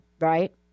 Right